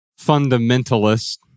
fundamentalist